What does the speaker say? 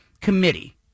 committee